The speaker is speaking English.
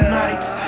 nights